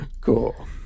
Cool